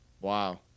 Wow